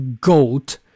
goat